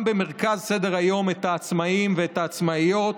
במרכז סדר-היום את העצמאים ואת העצמאיות.